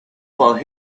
for